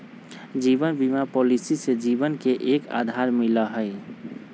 जीवन बीमा पॉलिसी से जीवन के एक आधार मिला हई